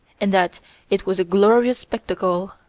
and that it was a glorious spectacle.